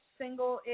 single